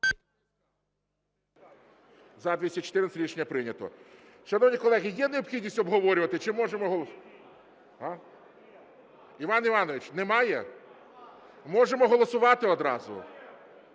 За-214 Рішення прийнято. Шановні колеги, є необхідність обговорювати чи можемо… Іван Іванович, немає? Можемо голосувати одразу?